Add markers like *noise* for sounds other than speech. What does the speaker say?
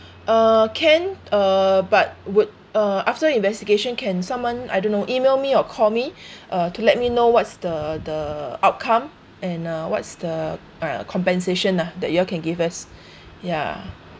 uh can uh but would uh after investigation can someone I don't know email me or call me *breath* uh to let me know what's the the outcome and uh what's the ah compensation ah that you all can give us *breath* ya